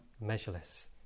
measureless